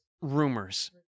Rumors